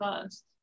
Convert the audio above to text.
first